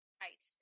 right